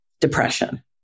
depression